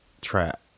trap